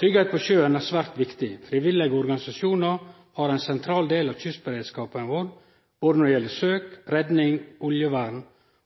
Tryggleik på sjøen er svært viktig. Frivillige organisasjonar har ein sentral del av kystberedskapen vår når det gjeld både søk, redning og oljevern,